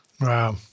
Wow